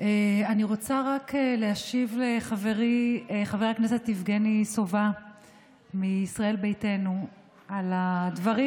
אני רוצה רק להשיב לחברי חבר הכנסת יבגני סובה מישראל ביתנו על הדברים,